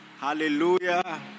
Hallelujah